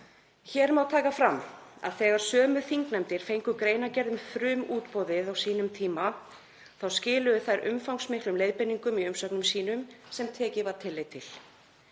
Hér má taka fram að þegar sömu þingnefndir fengu greinargerð um frumútboðið á sínum tíma þá skiluðu þær umfangsmiklum leiðbeiningum í umsögnum sínum sem tekið var tillit til.